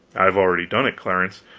i've already done it, clarence.